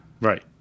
Right